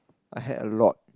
I had a lot